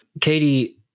Katie